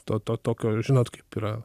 to to tokio žinot kaip yra